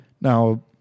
Now